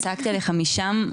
צעקתי עליך משם,